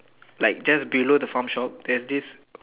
like just below the farm shop there's this